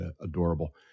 adorable